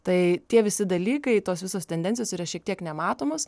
tai tie visi dalykai tos visos tendencijos yra šiek tiek nematomos